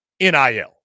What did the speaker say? NIL